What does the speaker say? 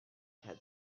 had